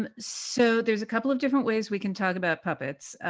and so there's a couple of different ways we can talk about puppets.